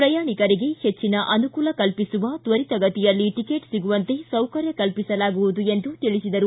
ಪ್ರಯಾಣಿಕರಿಗೆ ಹೆಚ್ಚಿನ ಅನುಕೂಲ ಕಲ್ಪಿಸುವ ತ್ವರಿತಗತಿಯಲ್ಲಿ ಟಿಕೆಟ್ ಸಿಗುವಂತೆ ಸೌಕರ್ಯ ಕಲ್ಪಿಸಲಾಗುವುದು ಎಂದು ತಿಳಿಸಿದರು